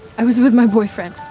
i was with my boyfriend.